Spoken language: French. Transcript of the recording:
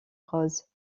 rose